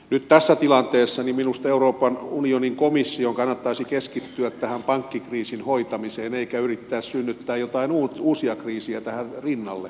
nyt tässä tilanteessa minusta euroopan unionin komission kannattaisi keskittyä tähän pankkikriisin hoitamiseen eikä yrittää synnyttää joitain uusia kriisejä tähän rinnalle